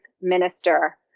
minister